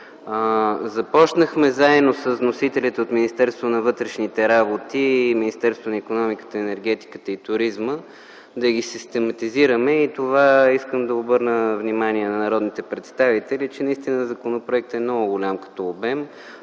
Заедно с вносителите от Министерството на вътрешните работи и Министерството на икономиката, енергетиката и туризма започнахме да ги систематизираме. Искам да обърна внимание на народните представители, че наистина законопроектът е много голям като обем.